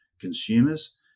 consumers